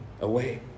away